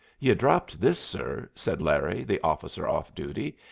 ye dropped this, sir, said larry, the officer off duty.